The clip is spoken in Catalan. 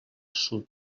sud